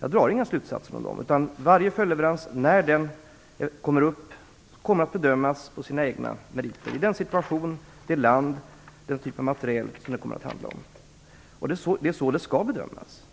Jag drar inga slutsatser om dessa, utan varje följdleverans som blir aktuell kommer att bedömas på sina egna meriter i den situation, det land och den typ av materiel som det kommer att handla om. Det är så det skall bedömas.